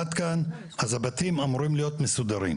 עד כאן, אז הבתים אמורים להיות מסודרים.